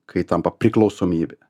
kai tampa priklausomybe